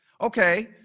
okay